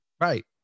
Right